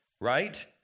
right